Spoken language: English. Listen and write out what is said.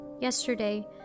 yesterday